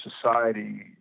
society